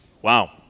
Wow